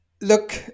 look